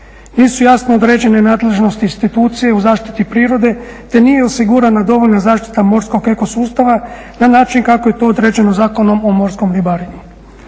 nisu jasno određene nadležnosti institucije u zaštiti prirode, te nije osigurana dovoljna zaštita morskog ekosustava na način kako je to određeno Zakonom o morskom ribarstvu.